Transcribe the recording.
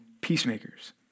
peacemakers